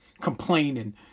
Complaining